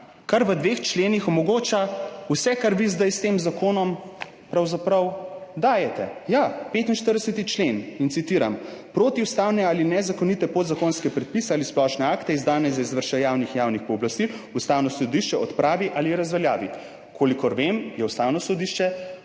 kar v dveh členih omogoča vse, kar vi zdaj s tem zakonom pravzaprav dajete. Ja, 45. člen. Citiram: »Protiustavne ali nezakonite podzakonske predpise ali splošne akte, izdane za izvrševanje javnih pooblastil, ustavno sodišče odpravi ali razveljavi.« Kolikor vem, je Ustavno sodišče